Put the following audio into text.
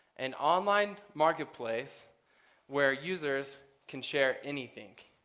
an online marketplace where users can share anything.